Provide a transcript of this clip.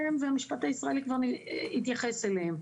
אליהם ומשפט הישראלי כבר התייחס אליהם.